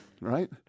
right